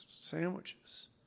sandwiches